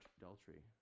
adultery